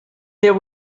there